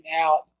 out